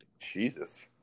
Jesus